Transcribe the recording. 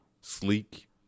sleek